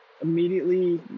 immediately